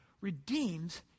redeems